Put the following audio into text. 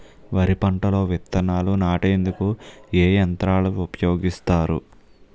వరి పంటలో విత్తనాలు నాటేందుకు ఏ యంత్రాలు ఉపయోగిస్తారు?